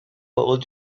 but